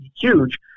huge